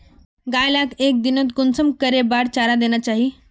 गाय लाक एक दिनोत कुंसम करे बार चारा देना चही?